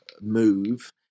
move